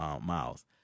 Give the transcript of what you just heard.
miles